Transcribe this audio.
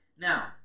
Now